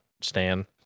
Stan